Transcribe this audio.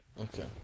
okay